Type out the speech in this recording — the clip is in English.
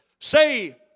Say